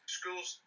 schools